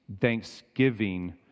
thanksgiving